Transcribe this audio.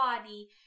body